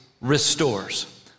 restores